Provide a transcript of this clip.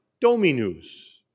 dominus